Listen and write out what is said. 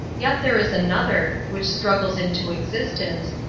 yet there is another, which struggles into existence,